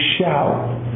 shout